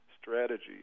strategy